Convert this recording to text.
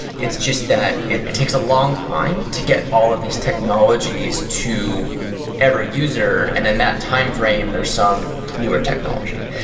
it's just that it it takes a longtime to get all of these technologies to every user and in that timeframe, there are some newer technology.